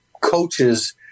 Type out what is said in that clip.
coaches